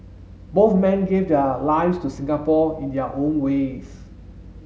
both men gave their lives to Singapore in their own ways